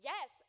Yes